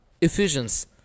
Ephesians